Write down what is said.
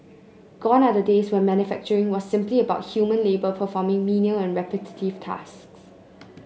gone are the days when manufacturing was simply about human labour performing menial and repetitive tasks